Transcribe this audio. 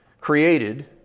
created